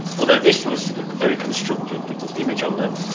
although this was very constructed the image on the